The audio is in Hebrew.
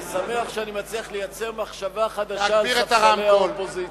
אני שמח שאני מצליח לייצר מחשבה חדשה על ספסלי האופוזיציה.